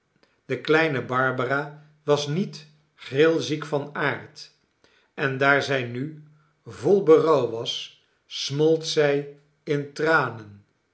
de kleine barbara was niet grilziek van aard en daar zij nu vol berouw was smolt zij in tranen